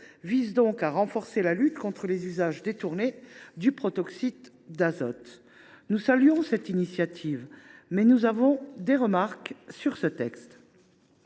vise donc à renforcer la lutte contre les usages détournés du protoxyde d’azote. Nous saluons cette initiative, mais nous avons des remarques à formuler